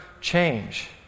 change